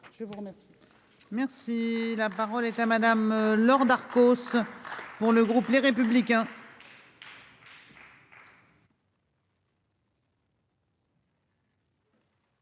je vous remercie.